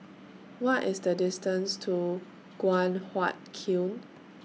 What IS The distance to Guan Huat Kiln